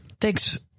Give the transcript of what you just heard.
Thanks